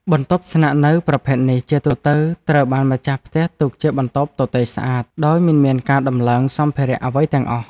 បន្ទប់ស្នាក់នៅប្រភេទនេះជាទូទៅត្រូវបានម្ចាស់ផ្ទះទុកជាបន្ទប់ទទេរស្អាតដោយមិនមានការដំឡើងសម្ភារៈអ្វីទាំងអស់។